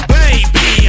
baby